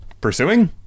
pursuing